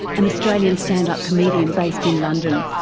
an australian stand-up comedian based in london.